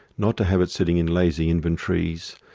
not to have it sitting in lazy inventories,